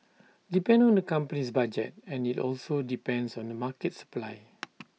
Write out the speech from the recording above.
depend on the company's budget and IT also depends on the market supply